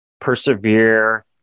persevere